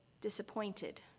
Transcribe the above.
disappointed